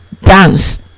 Dance